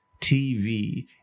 TV